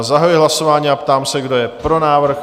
Zahajuji hlasování a ptám se, kdo je pro návrh?